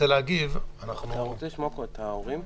להגיב --- אתה רוצה לשמוע פה את ההורים?